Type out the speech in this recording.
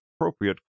appropriate